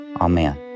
Amen